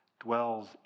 dwells